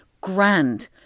grand